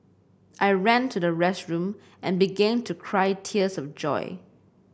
I ran to the restroom and began to cry tears of joy